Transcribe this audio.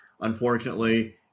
unfortunately